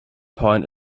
point